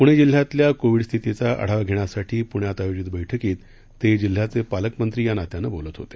पुणे जेल्ह्यातल्या कोविड स्थिताचा आढावा घेण्यासाठी पुण्यात आयोजित बस्कीत ते जिल्ह्याचे पालकमंत्री या नात्यानं बोलत होते